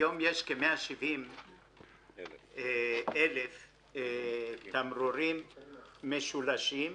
היום יש כ-170,000 תמרורים משולשים,